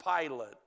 Pilate